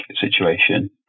situation